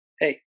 hey